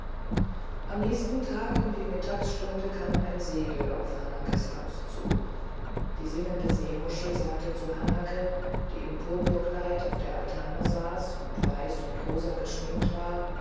am nächsten tag um die mittagstunde kam ein segel auf hanakes haus zu die singende seemuschel sagte zu hanake die im purpurkleid auf der altane saß und weiß und rosa geschminkt war